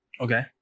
Okay